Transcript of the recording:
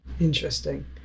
Interesting